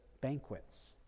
banquets